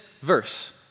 verse